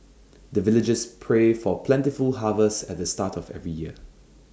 the villagers pray for plentiful harvest at the start of every year